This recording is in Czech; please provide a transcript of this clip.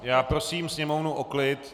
Já prosím sněmovnu o klid.